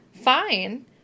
fine